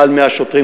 יותר מ-100 שוטרים,